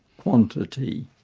quantity,